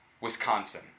Wisconsin